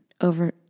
over